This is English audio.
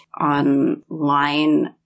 online